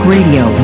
Radio